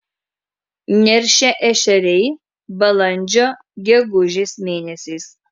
neršia ešeriai balandžio gegužės mėnesiais